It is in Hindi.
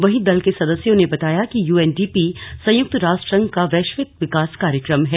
वहीं दल के सदस्यों ने बताया कि यूएनडीपी संयुक्त राष्ट्र संघ का वैश्विक विकास कार्यक्रम है